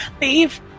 Leave